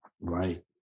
Right